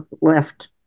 left